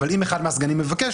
אבל אם אחד מהסגנים מבקש,